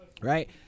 right